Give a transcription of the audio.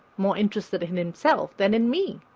more interested in himself than in me.